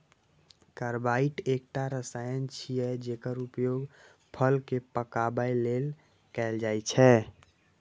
carbide एकटा रसायन छियै, जेकर उपयोग फल कें पकाबै लेल कैल जाइ छै